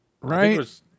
right